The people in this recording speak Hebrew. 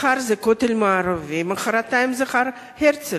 מחר זה הכותל המערבי ומחרתיים זה הר-הרצל.